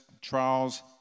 trials